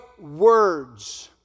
words